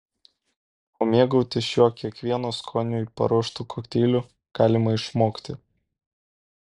o mėgautis šiuo kiekvieno skoniui paruoštu kokteiliu galima išmokti